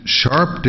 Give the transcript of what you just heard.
sharp